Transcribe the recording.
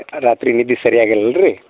ರಾತ್ರಿ ನಿದ್ದೆ ಸರಿಯಾಗಿ ಇಲ್ಲಲ್ರಿ